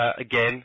again